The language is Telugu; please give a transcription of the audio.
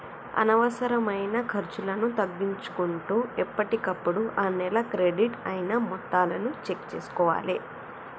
అనవసరమైన ఖర్చులను తగ్గించుకుంటూ ఎప్పటికప్పుడు ఆ నెల క్రెడిట్ అయిన మొత్తాలను చెక్ చేసుకోవాలే